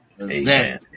Amen